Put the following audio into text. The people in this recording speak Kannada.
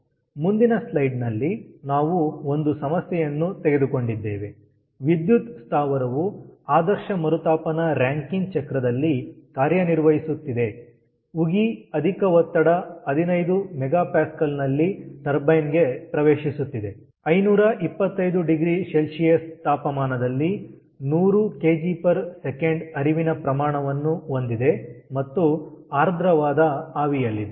ಮುಂದಿನ ಸ್ಲೈಡ್ ನಲ್ಲಿ ನಾವು ಒಂದು ಸಮಸ್ಯೆಯನ್ನು ತೆಗೆದುಕೊಂಡಿದ್ದೇವೆ ವಿದ್ಯುತ್ ಸ್ಥಾವರವು ಆದರ್ಶ ಮರುತಾಪನ ರಾಂಕಿನ್ ಚಕ್ರದಲ್ಲಿ ಕಾರ್ಯನಿರ್ವಹಿಸುತ್ತದೆ ಉಗಿ ಅಧಿಕ ಒತ್ತಡ 15 MPaನಲ್ಲಿ ಟರ್ಬೈನ್ ಗೆ ಪ್ರವೇಶಿಸುತ್ತಿದೆ 5250C ತಾಪಮಾನದಲ್ಲಿ 100 kgs ಹರಿವಿನ ಪ್ರಮಾಣವನ್ನು ಹೊಂದಿದೆ ಮತ್ತು ಆರ್ದ್ರವಾದ ಆವಿಯಲ್ಲಿದೆ